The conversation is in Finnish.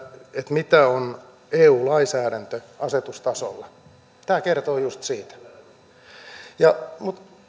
mitä on eu lainsäädäntö asetustasolla tämä kertoo just siitä mutta